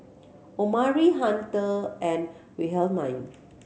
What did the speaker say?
Omari Hunter and Wilhelmine